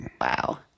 Wow